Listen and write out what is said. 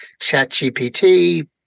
ChatGPT